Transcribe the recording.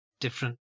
different